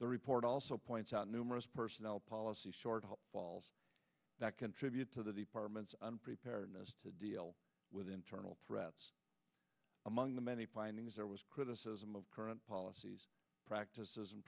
the report also points out numerous personnel policy short falls that contribute to the departments and preparedness to deal with internal threats among the many findings there was criticism of current policies practices and